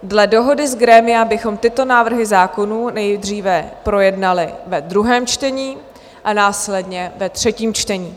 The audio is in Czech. Dle dohody z grémia bychom tyto návrhy zákonů nejdříve projednali ve druhém čtení a následně ve třetím čtení.